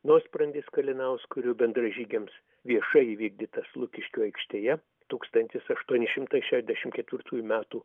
nuosprendis kalinauskui ir jo bendražygiams viešai įvykdytas lukiškių aikštėje tūkstantis aštuoni šimtai šešiasdešimt ketvirtųjų metų